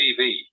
TV